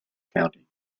county